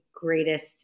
greatest